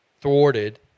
thwarted